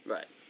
Right